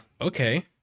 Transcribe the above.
okay